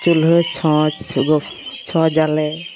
ᱪᱩᱞᱦᱟᱹ ᱪᱷᱚᱸᱪ ᱪᱷᱚᱸᱪ ᱟᱞᱮ